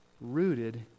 rooted